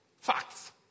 Facts